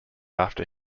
after